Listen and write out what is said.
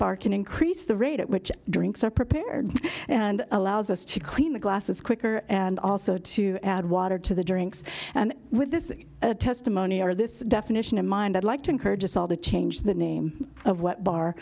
bar can increase the rate at which drinks are prepared and allows us to clean the glasses quicker and also to add water to the drinks and with this testimony or this definition in mind i'd like to encourage us all to change the name of what bar